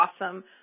awesome